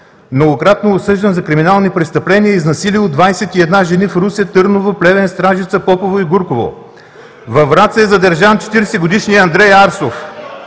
многократно осъждан за криминални престъпления, изнасилил 21 жени в Русе, Търново, Плевен, Стражица, Попово и Гурково. Във Враца е задържан 40-годишния Андрей Арсов,